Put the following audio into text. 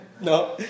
No